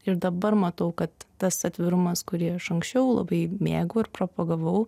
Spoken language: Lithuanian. ir dabar matau kad tas atvirumas kurį aš anksčiau labai mėgau ir propagavau